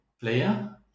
player